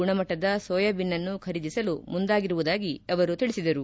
ಗುಣಮಟ್ಟದ ಸೋಯಾಜಿನ್ನ್ನು ಖರೀದಿಸಲು ಮುಂದಾಗಿರುವುದಾಗಿ ತಿಳಿಸಿದರು